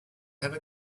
have